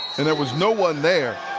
and there was no one there.